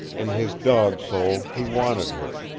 in his dog soul he wanted her,